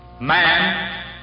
man